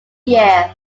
year